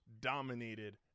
dominated